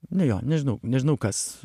ne jo nežinau nežinau kas